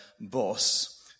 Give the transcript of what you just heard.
boss